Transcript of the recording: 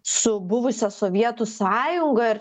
su buvusia sovietų sąjunga ir